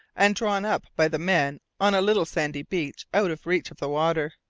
and drawn up by the men on a little sandy beach out of reach of the water.